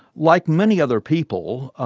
like many other people,